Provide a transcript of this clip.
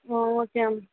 O okay ma'am